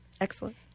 Excellent